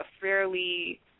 fairly